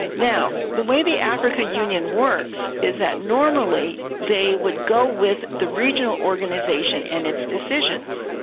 now, the way the africa union works is that normally they would go with the regional organisation and its decisions.